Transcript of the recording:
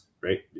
right